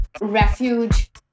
refuge